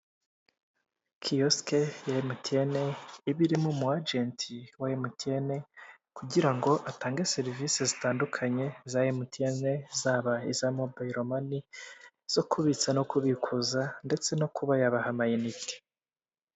Kiyosike ya MTN, iba irimo umu ajenti wa MTN, kugira ngo atange serivisi zitandukanye za MTN, zaba iza mobalo mani, izo kubitsa no kubikuza, ndetse no kuba yabaha ama inite.